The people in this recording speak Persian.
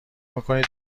میکنید